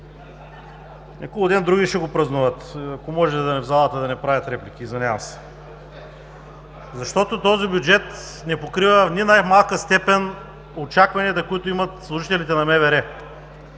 Никулден други ще го празнуват. Ако може в залата да не правят реплики. Извинявам се. (Оживление.) Защото този бюджет не покрива в ни най-малка степен очакванията, които имат служителите на МВР.